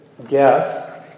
Guess